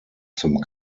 zum